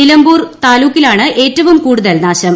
നിലമ്പൂർ താലൂക്കിലാണ് ഏറ്റവും കൂടുതൽ നാശം